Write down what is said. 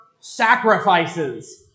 sacrifices